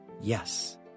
Yes